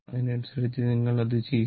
അതനുസരിച്ച് നിങ്ങൾ അത് ചെയ്യും